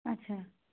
আচ্ছা